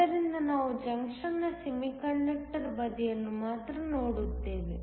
ಆದ್ದರಿಂದ ನಾವು ಜಂಕ್ಷನ್ನ ಸೆಮಿಕಂಡಕ್ಟರ್ ಬದಿಯನ್ನು ಮಾತ್ರ ನೋಡುತ್ತೇವೆ